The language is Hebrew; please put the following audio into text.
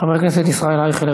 חבר הכנסת ישראל אייכלר,